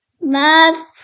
Math